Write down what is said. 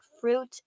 fruit